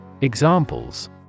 Examples